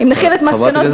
חברת הכנסת שפיר,